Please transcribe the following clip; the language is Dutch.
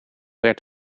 werd